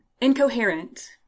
incoherent